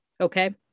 okay